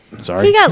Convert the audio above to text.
sorry